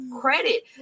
credit